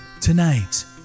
Tonight